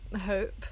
hope